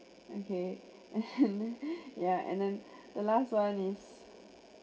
okay and then ya and then the last one is